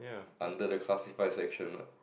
under the classify section lah